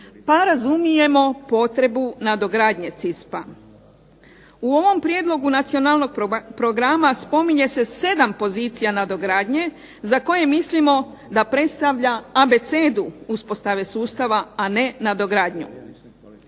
pa razumijemo potrebu nadogradnje CISP-a. U ovom prijedlogu Nacionalnog programa spominje se 7 pozicija nadogradnje za koje mislimo da predstavlja abecedu uspostave sustava, a ne nadogradnju.